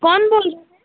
कौन बोल रहा है